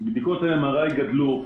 בדיקות ה-MRI גדלו.